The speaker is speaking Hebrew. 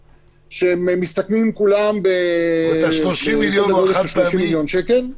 שמסתכמים כולם בסדר גודל של 30 מיליון שקל.